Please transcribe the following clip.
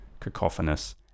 cacophonous